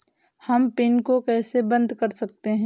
हम पिन को कैसे बंद कर सकते हैं?